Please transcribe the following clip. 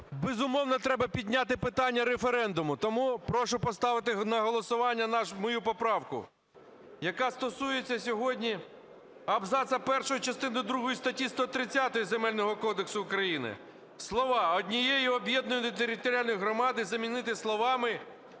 безумовно, треба підняти питання референдуму. Тому прошу поставити на голосування мою поправку, яка стосується сьогодні абзацу першого частини другої статті 130 Земельного кодексу України. Слова "однієї об’єднаної територіальної громади" замінити словами